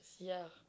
ya